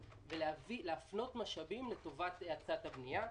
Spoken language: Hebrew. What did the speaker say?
ולהפנות משאבים לטובת האצת הבנייה.